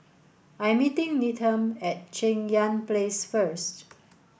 I'm meeting Needham at Cheng Yan Place first